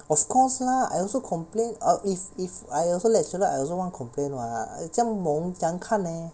of course lah I also complain or if if I also lecturer I also want complain [what] 这样蒙怎样看 leh